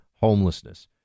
homelessness